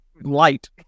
light